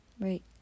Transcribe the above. Right